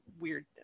weirdness